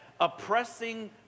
oppressing